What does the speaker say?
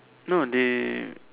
no they